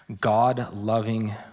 God-loving